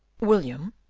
william,